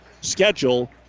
Schedule